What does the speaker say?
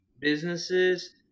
businesses